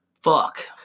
fuck